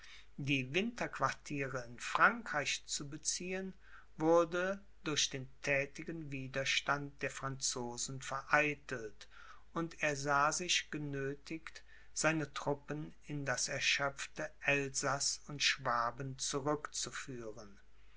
die winterquartiere in frankreich zu beziehen wurde durch den thätigen widerstand der franzosen vereitelt und er sah sich genöthigt seine truppen in das erschöpfte elsaß und schwaben